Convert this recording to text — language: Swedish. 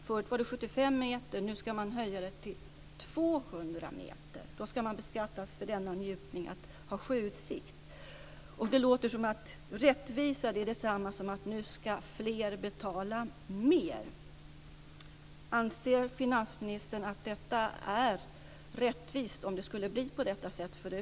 Förut var det 75 meter som gällde, men nu ska man höja gränsen till 200 meter. Då ska man beskattas för njutningen att ha sjöutsikt. Det låter som att rättvisa är detsamma som att fler ska betala mer. Anser finansministern att det är rättvist om det skulle bli så?